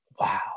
Wow